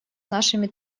нашими